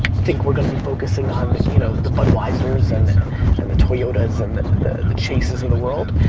think we're gonna be focusing on you know the budweisers and and the toyotas and the the chases of the world.